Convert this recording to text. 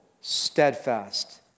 steadfast